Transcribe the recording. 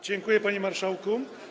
Dziękuję, panie marszałku.